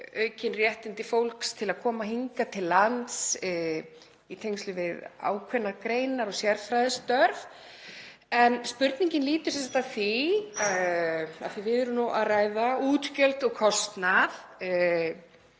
aukin réttindi fólks til að koma hingað til lands í tengslum við ákveðnar greinar og sérfræðistörf. En spurningin lýtur sem sagt að því — af því að við erum nú að ræða útgjöld og kostnað,